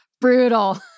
brutal